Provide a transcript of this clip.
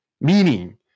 Meaning